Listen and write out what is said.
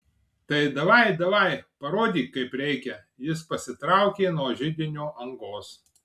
tai davaj davaj parodyk kaip reikia jis pasitraukė nuo židinio angos